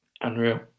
unreal